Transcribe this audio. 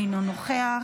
אינו נוכח,